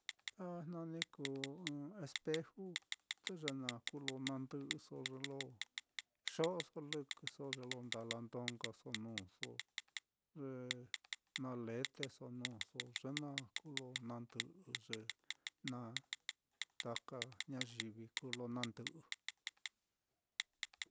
A jna ni kuu ɨ́ɨ́n espejute ye naá kuu lo na ndɨꞌɨso ye lo xo'oso lɨkɨso, ye lo ndala ndó nkaso nuuso, ye na leteso nuuso, ye naá kuu lo nandɨꞌɨ ye naá, taka ñayivi kuu lo nandɨꞌɨ.